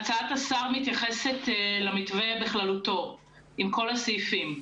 הצעת השר מתייחסת למתווה בכללותו עם כל הסעיפים.